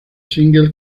singles